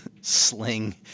sling